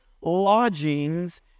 lodgings